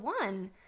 one